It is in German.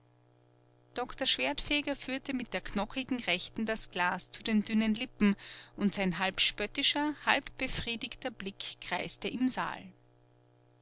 doktor schwertfeger führte mit der knochigen rechten das glas zu den dünnen lippen und sein halb spöttischer halb befriedigter blick kreiste im saal